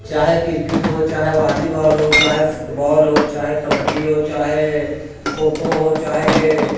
چاہے کرکٹ ہو چاہے والی بال ہو چاہے فٹ بال ہو چاہے کبڈی ہو چاہے کھوکھو ہو چاہے